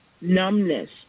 numbness